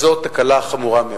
וזו תקלה חמורה מאוד.